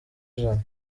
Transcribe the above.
ijana